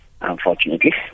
Unfortunately